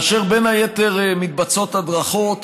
ובין היתר מתבצעות הדרכות